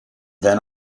then